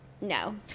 no